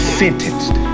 sentenced